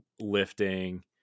lifting